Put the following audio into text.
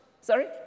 Sorry